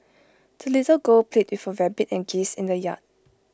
the little girl played with her rabbit and geese in the yard